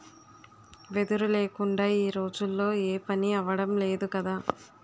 వెదురు లేకుందా ఈ రోజుల్లో ఏపనీ అవడం లేదు కదా